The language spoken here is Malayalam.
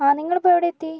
ആ നിങ്ങൾ ഇപ്പോൾ എവിടെ എത്തി